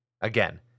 Again